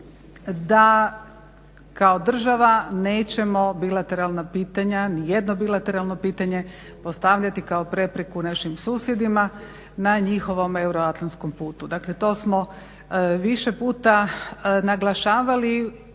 pitanja, ni jedno bilateralno pitanje postavljati kao prepreku našim susjedima na njihovom euroatlantskom putu. Dakle to smo više puta naglašavali